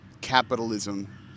capitalism